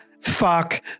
Fuck